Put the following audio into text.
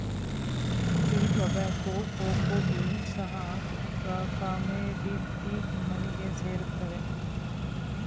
tea, tobacco, cocoa beans ಸಹ commodity ಮನಿಗೆ ಸೇರುತ್ತವೆ